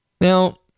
Now